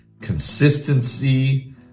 consistency